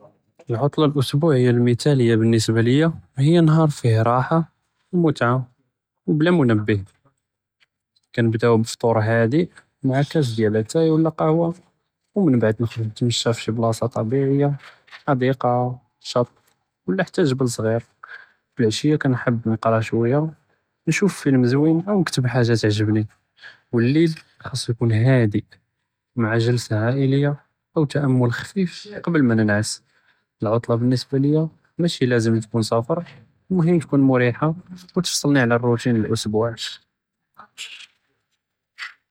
אלעֻטְלַה אלאסבּוּעִיה אלמִתְ'אלִיָה בַּסַּבַּב ליָא, הִיא נְהַאר פִיה רַחַה ו מֻתְעָה, ו בְּלָא מֻנְבַּה, כִּנַבְּדָאוּ בִּפִכּוּר חָדֵء עם כּוּס דּאתאי אוּ קהווה, ו מןבעד נִתְמַשַּׁה פִי שִי בּלָאסָה טבעִיה, חַדִיקָה, שַט אוּ חתה שִי מָכּאן סְגִ'יר, לְעַשִּיָה כִּנחַבּ נִקְרָא שוּוי, נִשּׁוּף פִילם זווינ אוּ כִּנשּׁוּף חאג'ה תעַג'בּנִי, מַע ג'לְסָה עַאִלִיָה אוּ תַעַאמּול חָפִיף לפני מא נִנַעַס, אלעֻטְלַה בִּנְסְבּה ליָא מאשי לַאזִם תִכּוּן סַפָר, מֻهِימּ תִכּוּן מֻרְתַחָה ו תִפְסַלִי עלא רוטִין אלאסבּוּעִי.